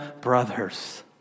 brothers